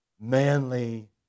manly